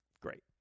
Great